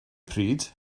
pryd